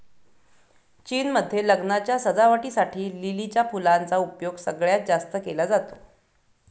चीन मध्ये लग्नाच्या सजावटी साठी लिलीच्या फुलांचा उपयोग सगळ्यात जास्त केला जातो